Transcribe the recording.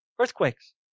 earthquakes